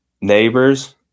Neighbors